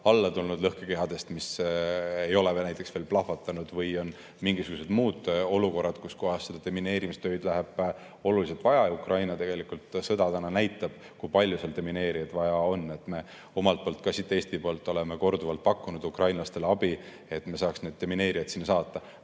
alla tulnud lõhkekehadest, mis ei ole veel plahvatanud. Või on mingisugused muud olukorrad, kus kohas seda demineerimistööd läheb oluliselt vaja. Ukraina sõda praegu näitab, kui palju seal demineerijaid vaja on. Me ka siit Eesti poolt oleme korduvalt pakkunud ukrainlastele abi, et me saaks demineerijad sinna saata.